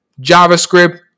JavaScript